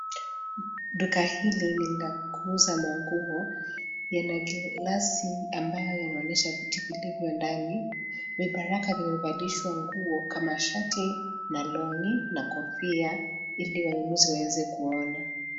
Duka hili ni la kuuza manguo, yana glasi ambayo yanaonyesha vitu vilivyo ndani. Vibaraka vimevalishwa ngu kama shati na longi na kofia ili wanunuzi waweze kuona.